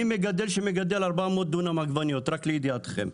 אני מגדל שמגדל 400 דונם עגבניות, רק לידיעתכם,